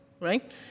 right